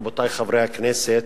רבותי חברי הכנסת,